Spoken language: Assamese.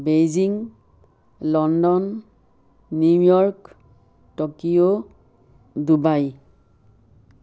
Beijing London New York Tokyo Dubai